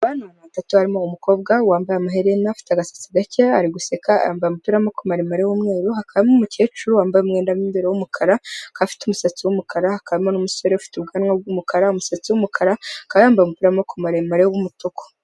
Umukobwa wambaye amaherena afite agasatsi gake, ari guseka yambaye umupira w'amaboko usa maremare n'umweru, hakaba hari umukecuru wambaye umwenda w'imbere w'umukara, kandi afite umusatsi w'umukara haka n'umusore ufite ubwanwa bw'umukara, umusatsi w'umukara akaba yambaye umupira w'amaboko maremare w'umutuku.